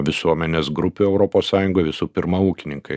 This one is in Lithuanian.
visuomenės grupių europos sąjungoj visų pirma ūkininkai